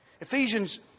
Ephesians